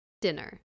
dinner